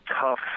tough